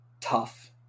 tough